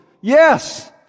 yes